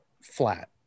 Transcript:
flat